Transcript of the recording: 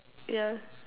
yeah